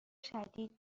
شدید